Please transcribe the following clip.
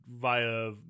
via